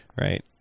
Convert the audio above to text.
right